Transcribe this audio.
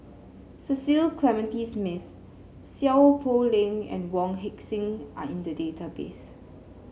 Cecil Clementi Smith Seow Poh Leng and Wong Heck Sing are in the database